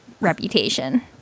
reputation